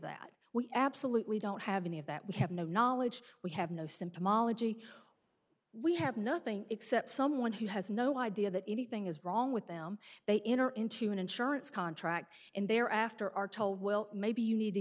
that we absolutely don't have any of that we have no knowledge we have no symptomology we have nothing except someone who has no idea that anything is wrong with them they enter into an insurance contract and they're after are told well maybe you need to